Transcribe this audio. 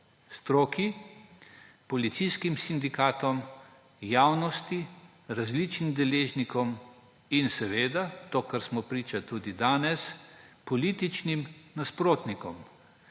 stroki, policijskim sindikatom, javnosti, različnim deležnikom in, kar smo priča tudi danes, političnim nasprotnikom,